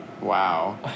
wow